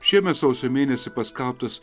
šiemet sausio mėnesį paskelbtas